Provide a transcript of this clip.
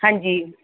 ਹਾਂਜੀ